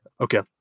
okay